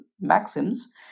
maxims